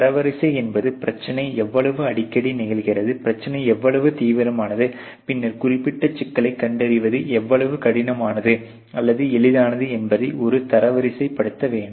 தரவரிசை என்பது பிரச்சனை எவ்வளவு அடிக்கடி நிகழ்கிறது பிரச்சனை எவ்வளவு தீவிரமானது பின்னர் குறிப்பிட்ட சிக்கலைக் கண்டறிவது எவ்வளவு கடினமானது அல்லது எளிதானது என்பதை ஒரு தரவரிசைப் படுத்த வேண்டும்